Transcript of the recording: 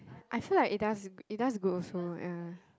I feel like it does it does good also ya